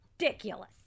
ridiculous